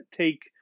take